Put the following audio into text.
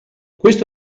questo